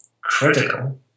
critical